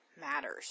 matters